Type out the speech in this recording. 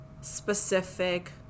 specific